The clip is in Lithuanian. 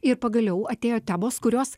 ir pagaliau atėjo temos kurios